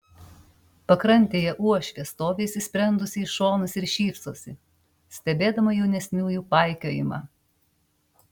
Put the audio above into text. pakrantėje uošvė stovi įsisprendusi į šonus ir šypsosi stebėdama jaunesniųjų paikiojimą